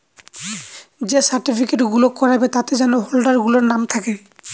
যে সার্টিফিকেট গুলো করাবে তাতে যেন হোল্ডার গুলোর নাম থাকে